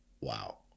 wow